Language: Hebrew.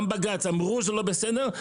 גם בג"ץ אמרו זה לא בסדר.